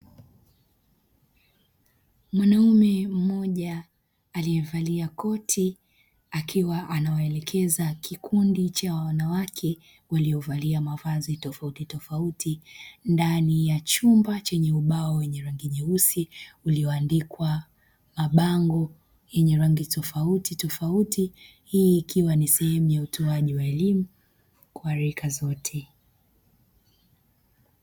Mwanaume mmoja aliyevalia koti akiwa anawaelekeza kikundi cha wanawake waliovalia mavazi tofauti tofauti, ndani ya chumba chenye ubao wenye rangi nyeusi uliyoandikwa mabango yenye rangi tofauti tofauti. Hii ikiwa ni sehemu ya utoaji wa elimu kwa rika zote.